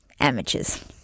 Amateurs